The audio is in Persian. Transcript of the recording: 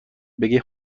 بگه